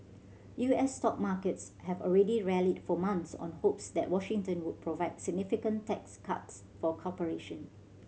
U S stock markets have already rallied for months on hopes that Washington would provide significant tax cuts for corporation